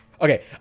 okay